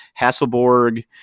Hasselborg